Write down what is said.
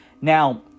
Now